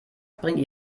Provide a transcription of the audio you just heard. bringt